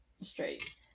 straight